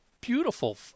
beautiful